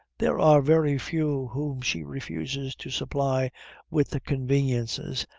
there are very few whom she refuses to supply with the conveniences,